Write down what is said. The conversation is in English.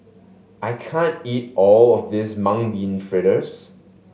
I can't eat all of this Mung Bean Fritters